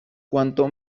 cuanto